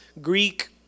Greek